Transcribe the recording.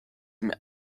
mir